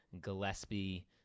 Gillespie –